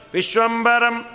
Vishwambaram